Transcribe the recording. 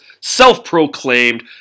self-proclaimed